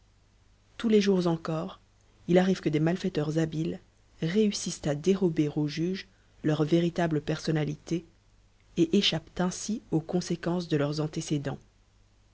tous les jours encore il arrive que des malfaiteurs habiles réussissent à dérober aux juges leur véritable personnalité et échappent ainsi aux conséquences de leurs antécédents